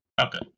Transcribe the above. Okay